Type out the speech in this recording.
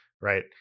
right